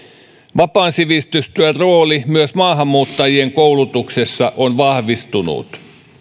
vapaan sivistystyön rooli myös maahanmuuttajien koulutuksessa on vahvistunut